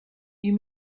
you